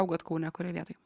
augot kaune kurioj vietoj